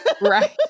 right